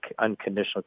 unconditional